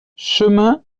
chemin